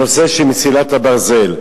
הנושא של מסילת הברזל.